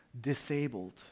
disabled